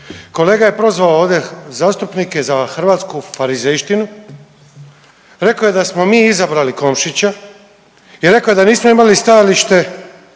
Kolega je prozvao ovdje zastupnike za hrvatsku farizejštinu, rekao je da smo mi izabrali Komšića i rekao je da nismo imali stajalište